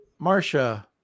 Marsha